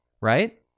right